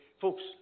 Folks